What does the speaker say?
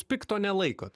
pikto nelaikot